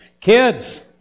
Kids